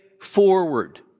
forward